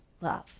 love